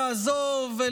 תעזוב,